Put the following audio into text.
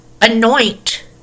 Anoint